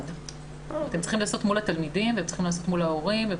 הם צריכים לעשות מול התלמידים ומול ההורים.